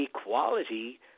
equality